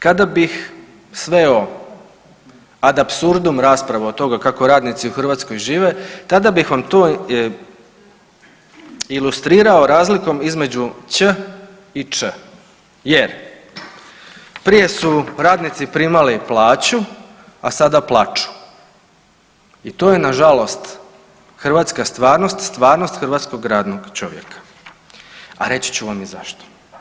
Kada bih sveo ad absurdum raspravu o toga kako radnici u Hrvatskoj žive tada bih vam to ilustrirao razlikom između ć i č jer prije su radnici primali plaću, a sada plaču i to je nažalost hrvatska stvarnost, stvarnost hrvatskog radnog čovjeka, a reći ću vam i zašto.